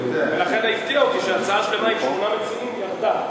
ולכן זה הפתיע אותי שהצעה שלמה עם שמונה מציעים ירדה,